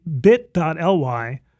bit.ly